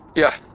yeah,